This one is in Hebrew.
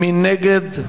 מי נגד?